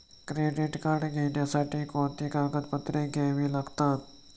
Credit card घेण्यासाठी कोणती कागदपत्रे घ्यावी लागतात?